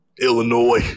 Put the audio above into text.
Illinois